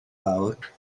fawr